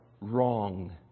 wrong